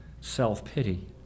self-pity